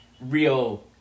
real